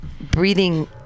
breathing